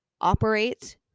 operate